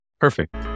Perfect